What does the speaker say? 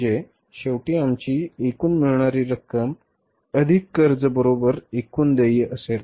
म्हणजे शेवटी आमची एकूण मिळणारी रक्कम अधिक कर्ज बरोबर एकूण देय असेल